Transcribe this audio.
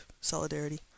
Solidarity